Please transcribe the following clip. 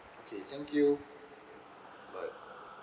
okay thank you bye